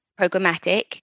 programmatic